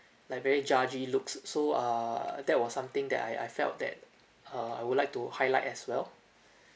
but very judgy looks so err that was something that I I felt that uh I would like to highlight as well